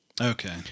Okay